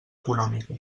econòmica